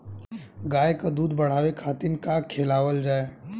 गाय क दूध बढ़ावे खातिन का खेलावल जाय?